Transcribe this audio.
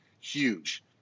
huge